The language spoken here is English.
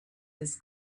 this